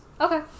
Okay